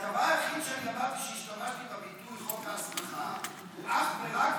הדבר היחיד שאני אמרתי כשהשתמשתי בביטוי "חוק ההסמכה" אך ורק,